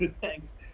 thanks